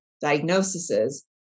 diagnoses